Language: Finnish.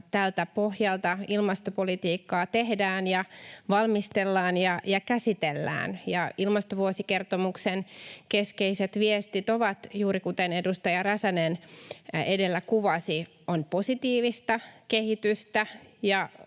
tältä pohjalta ilmastopolitiikkaa tehdään ja valmistellaan ja käsitellään. Ilmastovuosikertomuksen keskeiset viestit ovat juuri, kuten edustaja Räsänen edellä kuvasi, että on positiivista kehitystä